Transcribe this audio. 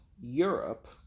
Europe